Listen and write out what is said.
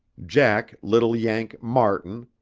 jack little yank martin,